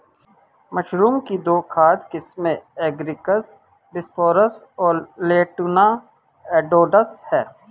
mushroom की दो खाद्य किस्में एगारिकस बिस्पोरस और लेंटिनुला एडोडस है